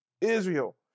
Israel